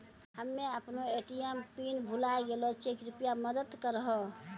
हम्मे अपनो ATM pin भुलाय गेलो छियै, कृपया मदत करहो